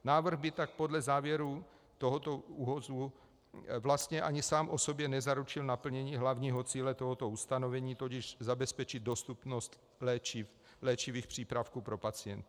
Návrh by tak podle závěrů ÚOHSu vlastně ani sám o sobě nezaručil naplnění hlavního cíle tohoto ustanovení, tudíž zabezpečit dostupnost léčivých přípravků pro pacienty.